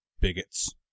bigots